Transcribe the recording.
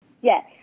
Yes